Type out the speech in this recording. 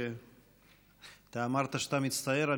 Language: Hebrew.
ואתה אמרת שאתה מצטער?